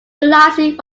realizing